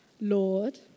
Lord